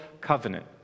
covenant